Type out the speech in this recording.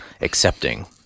accepting